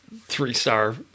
three-star